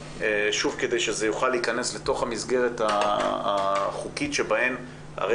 כדי שזה יוכל להיכנס לתוך המסגרת החוקית בה יש